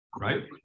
right